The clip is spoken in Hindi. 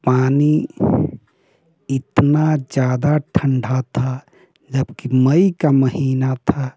तो पानी इतना ज़्यादा ठंडा था जबकि मई का महीना था